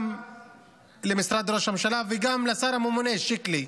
גם למשרד ראש הממשלה וגם לשר הממונה שקלי,